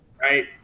Right